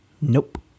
Nope